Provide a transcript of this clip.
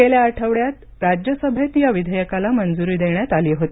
गेल्या आठवड्यात राज्यसभेत या विधेयकाला मंजुरी देण्यात आली होती